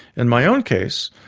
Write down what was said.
in my own case,